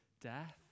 death